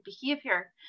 behavior